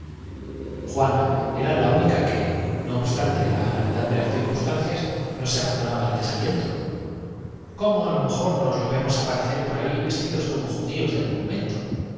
juana era la única que no obstante la gravedad de las circunstancias no se abandonaba al desaliento verá usted decíacómo á lo mejor nos los vemos aparecer por ahí vestidos como judíos del monumento